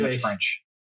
French